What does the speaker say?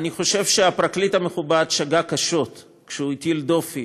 אני חושב שהפרקליט המכובד שגה קשות כשהטיל דופי